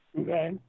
okay